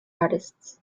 artists